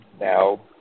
now